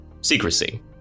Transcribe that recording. secrecy